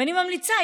ואני ממליצה,